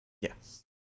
Yes